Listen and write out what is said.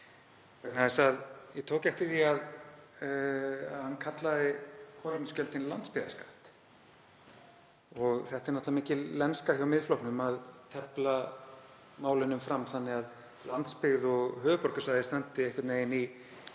Ég tók eftir því að hann kallaði kolefnisgjöldin landsbyggðarskatt. Það er mikil lenska hjá Miðflokknum að tefla málinu fram þannig að landsbyggð og höfuðborgarsvæði standi einhvern veginn í